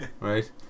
right